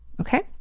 Okay